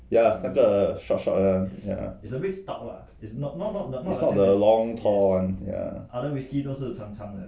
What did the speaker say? ya lah 那个 short short one ya is not the long tall one